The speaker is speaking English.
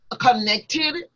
connected